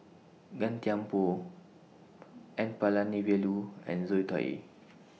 Gan Thiam Poh N Palanivelu and Zoe Tay